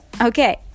okay